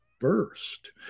first